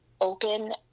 open